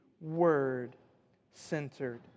Word-centered